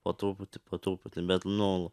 po truputį po truputį bet nu